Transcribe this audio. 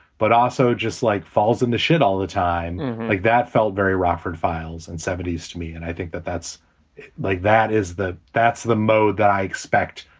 but also just like falls in the shit all the time like that felt very rockford files and seventy s to me. and i think that that's like that is the that's the mode that i expect.